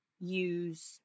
use